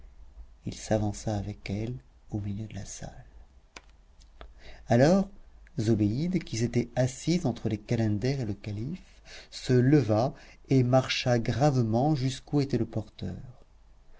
il s'avança avec elles au milieu de la salle alors zobéide qui s'était assise entre les calenders et le calife se leva et marcha gravement jusqu'où était le porteur